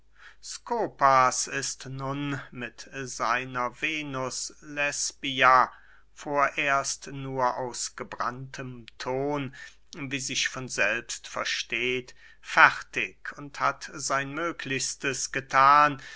skopas ist nun mit seiner venus lesbia vorerst nur aus gebranntem thon wie sich von selbst versteht fertig und hat sein möglichstes gethan